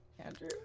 Andrew